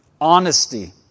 Honesty